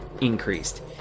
increased